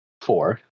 four